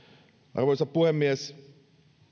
arvoisa puhemies